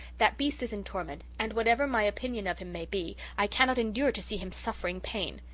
that beast is in torment, and whatever my opinion of him may be, i cannot endure to see him suffering pain.